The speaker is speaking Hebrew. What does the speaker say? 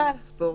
ומה לגבי הספורט?